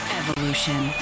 evolution